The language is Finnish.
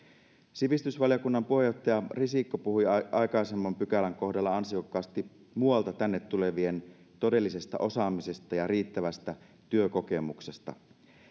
sivistysvaliokunnan puheenjohtaja risikko puhui aikaisemman pykälän kohdalla ansiokkaasti muualta tänne tulevien todellisesta osaamisesta ja riittävästä työkokemuksesta